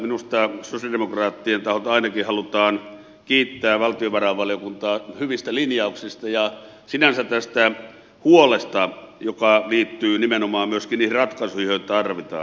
minusta sosialidemokraattien taholta ainakin halutaan kiittää valtiovarainvaliokuntaa hyvistä linjauksista ja sinänsä tästä huolesta joka liittyy nimenomaan myöskin niihin ratkaisuihin joita tarvitaan